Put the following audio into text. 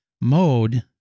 Mode